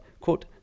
quote